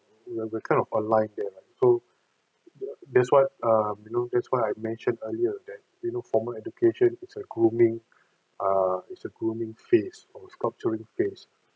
the the kind of align there so that's why um you know that's why I mentioned earlier that you know formal education it's a grooming err is a grooming phase or sculpturing phase